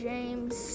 James